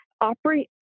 operate